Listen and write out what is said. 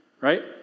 right